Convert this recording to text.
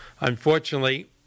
Unfortunately